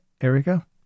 Erica